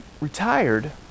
retired